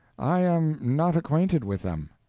i am not acquainted with them.